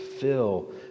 fill